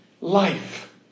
life